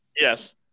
yes